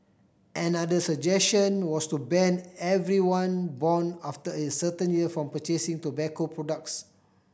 another suggestion was to ban everyone born after a certain year from purchasing tobacco products